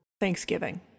Thanksgiving